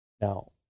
Now